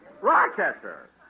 Rochester